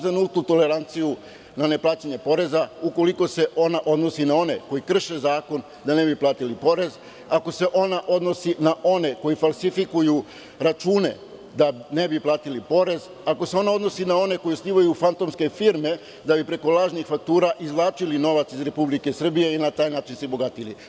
Za nultu toleranciju sam za ne plaćanje poreza ukoliko se ona odnosi na one koji krše zakon da ne bi platili porez, ako se ona odnosi na one koji falsifikuju račune da ne bi platili porez, ako se ona odnosi na one koji osnivaju fantomske firme da bi preko lažnih faktura izvlačili novac iz Republike Srbije i na taj način se bogatili.